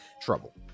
trouble